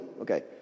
Okay